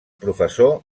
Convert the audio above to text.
professor